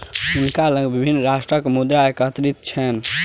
हुनका लग विभिन्न राष्ट्रक मुद्रा एकत्रित छैन